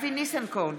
אבי ניסנקורן,